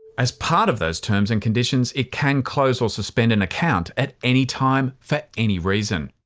as part of those terms and conditions it can close or suspend an account at any time for any reason.